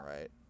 right